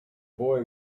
boy